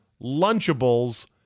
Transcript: lunchables